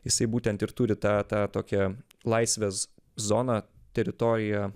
jisai būtent ir turi tą tą tokią laisvės zoną teritoriją